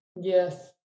yes